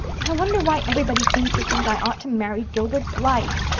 i wonder why everybody seems to think i ought to marry gilbert blythe,